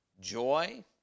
joy